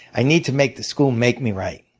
i need to make the school make me write.